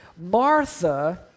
Martha